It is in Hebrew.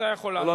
מה זה ייתן לנו